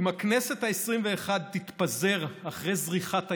אם הכנסת העשרים-ואחת תתפזר אחרי זריחת הירח,